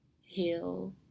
heal